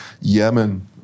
Yemen